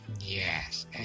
yes